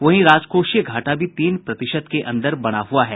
वहीं राजकोषीय घाटा भी तीन प्रतिशत के अंदर बना हुआ है